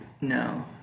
No